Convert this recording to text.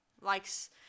likes